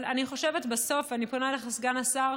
אבל אני חושבת שבסוף, אני פונה אליך, סגן השר,